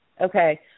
Okay